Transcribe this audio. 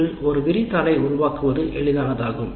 இன்று ஒரு விரிதாளை உருவாக்குவது எளிதானதாகும்